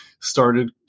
Started